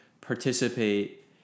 participate